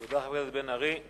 תודה, חבר הכנסת בן-ארי.